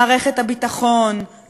מערכת הביטחון,